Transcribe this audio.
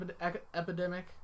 epidemic